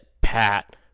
Pat